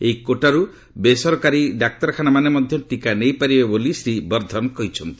ଏହି କୋଟାରୁ ବେସରକାରୀ ଡାକ୍ତରଖାନାମାନେ ମଧ୍ୟ ଟିକା ନେଇପାରିବେ ବୋଲି ଶ୍ରୀ ବର୍ଦ୍ଧନ କହିଛନ୍ତି